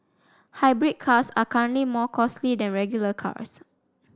hybrid cars are currently more costly than regular cars